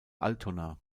altona